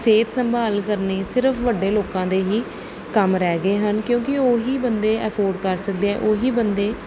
ਸਿਹਤ ਸੰਭਾਲ ਕਰਨੀ ਸਿਰਫ ਵੱਡੇ ਲੋਕਾਂ ਦੇ ਹੀ ਕੰਮ ਰਹਿ ਗਏ ਹਨ ਕਿਉਂਕਿ ਉਹੀ ਬੰਦੇ ਅਫੋਰਡ ਕਰ ਸਕਦੇ ਹੈ ਉਹੀ ਬੰਦੇ